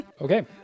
Okay